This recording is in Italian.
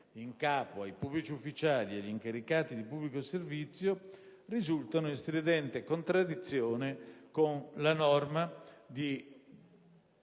in capo ai pubblici ufficiali e agli incaricati di pubblico servizio risultano in stridente contraddizione con la norma di